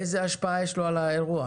איזו השפעה יש לו על האירוע?